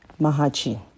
Mahachi